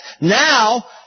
Now